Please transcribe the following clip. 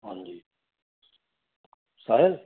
ਹਾਂਜੀ ਸਾਹਿਲ